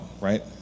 right